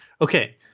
Okay